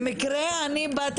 במקרה אני בת העיר.